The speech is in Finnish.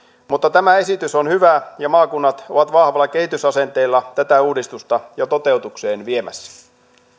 mutta tämä esitys on hyvä ja maakunnat ovat vahvalla kehitysasenteella tätä uudistusta jo toteutukseen viemässä